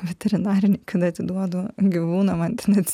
veterinarinį kada atiduodu gyvūną man ten net